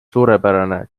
suurepärane